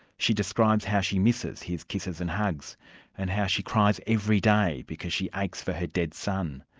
she describes how she misses his kisses and hugs and how she cries every day because she aches for her dead son,